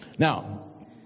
Now